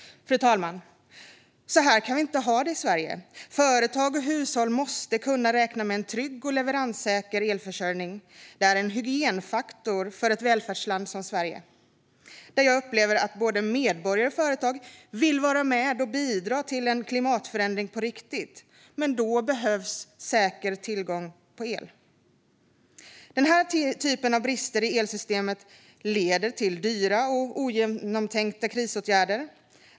Fru talman! Så här kan vi inte ha det i Sverige. Företag och hushåll måste kunna räkna med en trygg och leveranssäker elförsörjning. Det är en hygienfaktor för ett välfärdsland som Sverige, där jag upplever att både medborgare och företag vill vara med och bidra till en klimatförändring på riktigt. Men då behövs säker tillgång till el. Den här typen av brister i elsystemet leder till dyra och ogenomtänkta krisåtgärder.